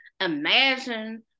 Imagine